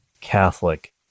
Catholic